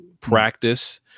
practice